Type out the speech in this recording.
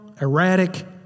erratic